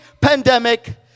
pandemic